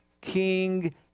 King